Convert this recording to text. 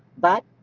but,